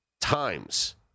times